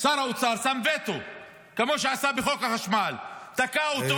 שר האוצר שם וטו, כמו שעשה בחוק החשמל, תקע אותו.